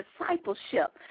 discipleship